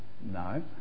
No